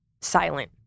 silent